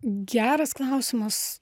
geras klausimas